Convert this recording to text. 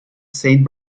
saint